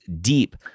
deep